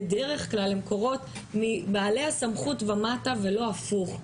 בדרך כלל הן קורות מבעלי הסמכות ומטה ולא הפוך.